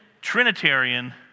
Trinitarian